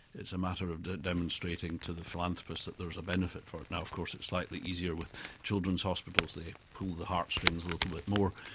it's a matter of demonstrating to the philanthropists that there is a benefit for it. and of course it's slightly easier with children's hospitals, they pull the heartstrings a little bit more,